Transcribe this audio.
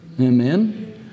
Amen